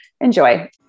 Enjoy